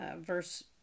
verse